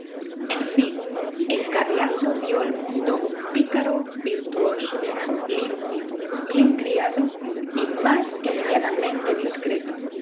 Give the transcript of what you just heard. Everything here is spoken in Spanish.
en fin en carriazo vio el mundo un pícaro virtuoso limpio bien criado y más que medianamente discreto